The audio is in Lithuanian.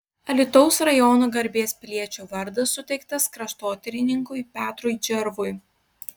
alytaus rajono garbės piliečio vardas suteiktas kraštotyrininkui petrui džervui